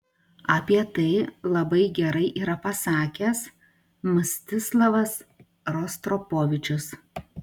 apie tai labai gerai yra pasakęs mstislavas rostropovičius